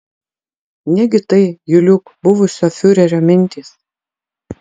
negi tai juliuk buvusio fiurerio mintys